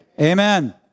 Amen